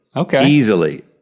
okay. easily.